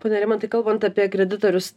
pone rimantai kalbant apie kreditorius